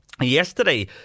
yesterday